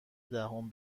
دهم